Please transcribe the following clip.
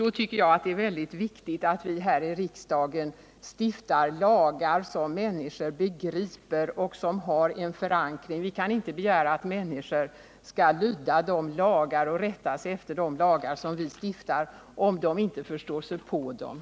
Jag tycker att det är mycket väsentligt att vi här i riksdagen stiftar lagar som människor begriper och som har en förankring bland dem. Vi kan inte begära att människor skall rätta sig efter de lagar som vi stiftar, om de inte har förståelse för dessa.